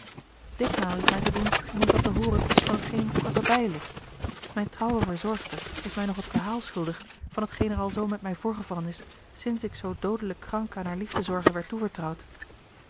ditmaal is t mij te doen om eens wat te hooren van t geen korterbij ligt mijne trouwe verzorgster is mij nog het verhaal schuldig van t geen er alzoo met mij voorgevallen is sinds ik zoo doodelijk krank aan hare liefdezorge werd toevertrouwd